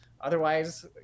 otherwise